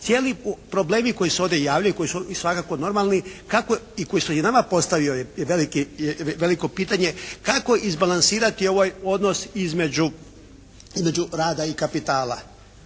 Cijeli problemi koji se ovdje javljaju koji su svakako normalni i koji su i nama postavio je veliko pitanje kako izbalansirati ovaj odnos između rada i kapitala?